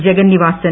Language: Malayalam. ജഗന്നിവാസൻ